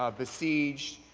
ah besieged,